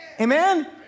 Amen